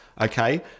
okay